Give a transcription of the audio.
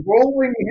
rolling